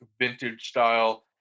vintage-style